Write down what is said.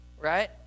right